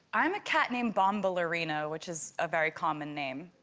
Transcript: i'm a cat named bom ballerina, which is a very common name.